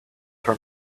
her